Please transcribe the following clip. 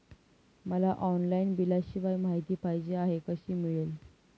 मला ऑनलाईन बिलाविषयी माहिती पाहिजे आहे, कशी मिळेल?